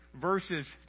verses